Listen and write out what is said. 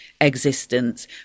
existence